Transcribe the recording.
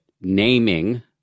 naming